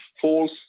false